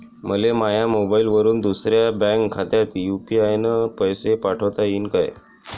मले माह्या मोबाईलवरून दुसऱ्या बँक खात्यात यू.पी.आय न पैसे पाठोता येईन काय?